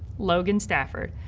logan stafford,